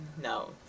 No